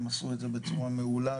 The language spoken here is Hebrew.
והם עשו את זה בצורה מעולה